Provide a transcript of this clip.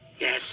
Yes